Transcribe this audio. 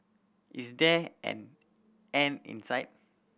is there an end in sight